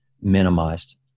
minimized